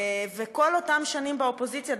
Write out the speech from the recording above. וכל אותן שנים באופוזיציה,